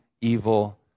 evil